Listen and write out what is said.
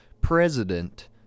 president